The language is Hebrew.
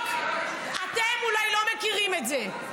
אתם אולי לא מכירים את זה.